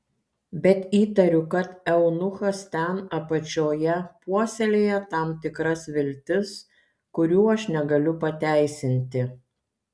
bet įtariu kad eunuchas ten apačioje puoselėja tam tikras viltis kurių aš negaliu pateisinti